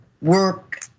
work